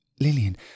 Lillian